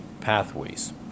pathways